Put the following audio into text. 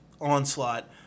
Onslaught